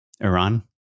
iran